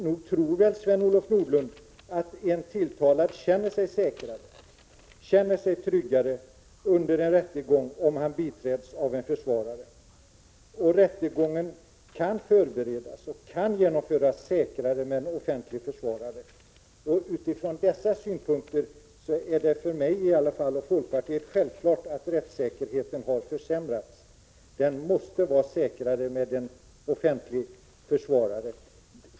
Nog tror väl Sven-Olof Nordlund att en tilltalad känner sig säkrare och tryggare under en rättegång, om han biträds av en försvarare. Rättegången kan förberedas och genomföras säkrare med en offentlig försvarare. Från dessa utgångspunkter är det i alla fall för mig fullständigt självklart att rättssäkerheten har försämrats. Det måste vara säkrare att ha tillgång till en offentlig försvarare.